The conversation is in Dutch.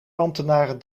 ambtenaren